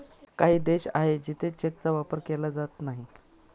काही देश आहे जिथे चेकचा वापर केला जात नाही